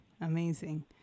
amazing